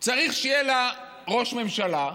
צריך שיהיה לה ראש ממשלה,